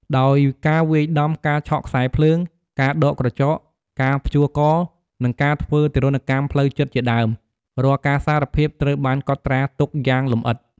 ដោយ ការវាយដំ ការឆក់ខ្សែភ្លើង ការដកក្រចក ការព្យួរក និងការធ្វើទារុណកម្មផ្លូវចិត្តជាដើម រាល់ការសារភាពត្រូវបានកត់ត្រាទុកយ៉ាងលម្អិត។